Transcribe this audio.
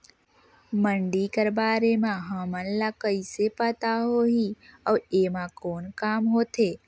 मंडी कर बारे म हमन ला कइसे पता होही अउ एमा कौन काम होथे?